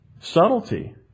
subtlety